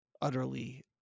utterly